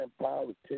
politics